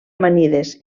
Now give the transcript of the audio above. amanides